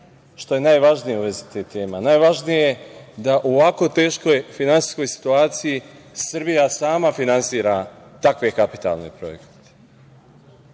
što je najvažnije u vezi te teme. Najvažnije je da u ovako teškoj finansijskoj situaciji Srbija sama finansira takve kapitalne projekte,